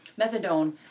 methadone